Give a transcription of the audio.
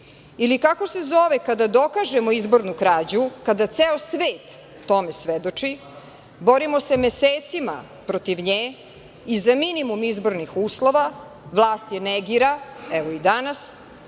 se zove kada dokažemo izbornu krađu, kada ceo svet tome svedoči? Borimo se mesecima protiv nje i za minimum izbornih uslova. Vlast je negira evo i danas.